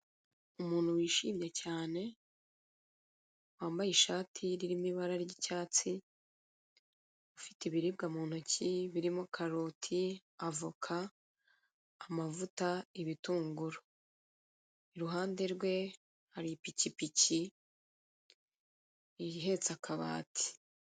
Umuntu wishimye cyane wambaye ishati irimo ibara ry'icyatsi ufite ibiribwa mu ntoki birimo karoti, avoka, amavuta, ibitunguru. Iruhande rwe hari ipikipiki ihetse akabati.